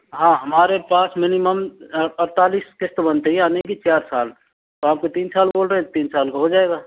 हाँ हमारे पास मिनिमम अड़तालिस किस्त बनती है यानी कि चार साल और आपके तीन साल के बोल रहे हैं तीन साल का हो जाएगा